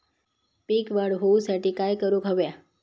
पीक वाढ होऊसाठी काय करूक हव्या?